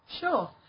Sure